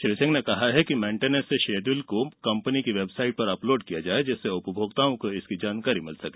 श्री सिंह ने कहा कि मेन्टेनेंस शिडयूल को कम्पनी की वेबसाइट पर अपलोड किया जाये जिससे उपभोक्ताओं को इसकी जानकारी मिल सके